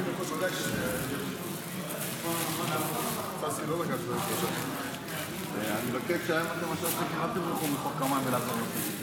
אני קובע כי הצעת חוק להנצחת הרב אברהם יצחק הכהן קוק (ציון זכרו